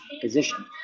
Position